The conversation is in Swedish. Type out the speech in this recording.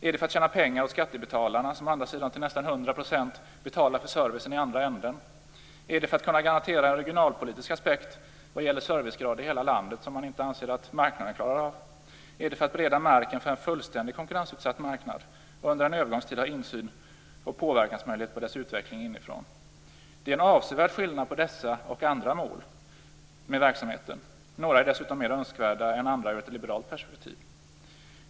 Är det för att tjäna pengar åt skattebetalarna, som å andra sidan till nästan hundra procent betalar för servicen i andra änden? Är det för att kunna garantera en regionalpolitisk aspekt vad gäller en servicegrad i hela landet som man anser att marknaden inte klarar av? Är det för att bereda marken för en fullständigt konkurrensutsatt marknad och under en övergångstid ha insyn och möjlighet till påverkan på dess utveckling inifrån? Det är en avsevärd skillnad mellan dessa och andra mål med verksamheten. Några är dessutom mera önskvärda än andra i ett liberalt perspektiv.